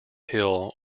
hill